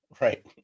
Right